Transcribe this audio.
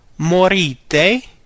morite